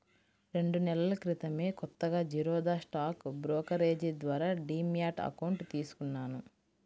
రెండు నెలల క్రితమే కొత్తగా జిరోదా స్టాక్ బ్రోకరేజీ ద్వారా డీమ్యాట్ అకౌంట్ తీసుకున్నాను